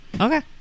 Okay